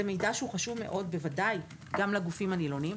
זה מידע חשוב מאוד, ובוודאי גם לגופים הנילונים.